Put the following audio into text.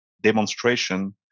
demonstration